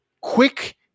quick